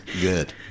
Good